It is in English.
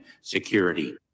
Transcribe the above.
security